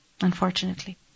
unfortunately